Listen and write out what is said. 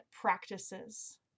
practices